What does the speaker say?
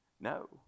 No